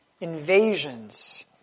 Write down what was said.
invasions